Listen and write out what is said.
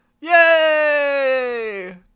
Yay